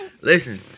Listen